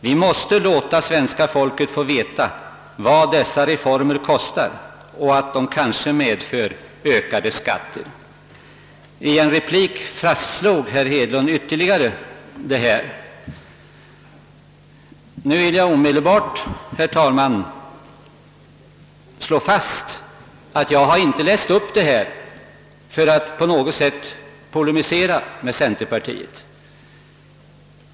Vi måste låta svenska folket få veta vad dessa reformer kostar, och att de kanske medför ökade skatter.» I en replik fastslog herr Hedlund ytterligare detta. Jag vill omedelbart slå fast, herr talman, att jag inte läst upp detta för att på något sätt polemisera mot centerpartiet.